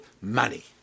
money